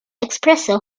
espresso